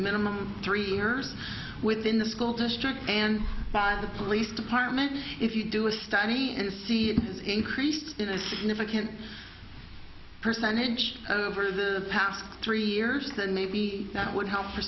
minimal three or within the school district and by the police department if you do a study and see the increase in a significant percentage for the past three years then maybe that would help